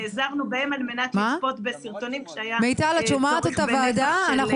נעזרנו בהם על מנת לצפות בסרטונים כשהיה צורך בנפח של עבודה.